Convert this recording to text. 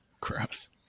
Gross